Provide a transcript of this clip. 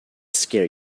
scare